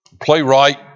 Playwright